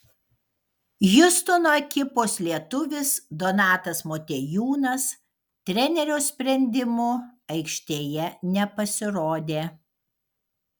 hjustono ekipos lietuvis donatas motiejūnas trenerio sprendimu aikštėje nepasirodė